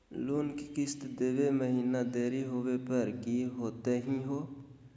Loan के किस्त देवे महिना देरी होवे पर की होतही हे?